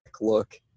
look